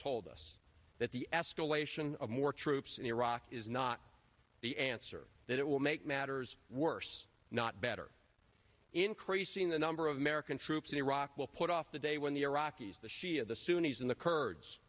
told us that the escalation of more troops in iraq is not the answer that it will make matters worse not better increasing the number of american troops in iraq will put off the day when the iraqis the